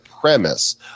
premise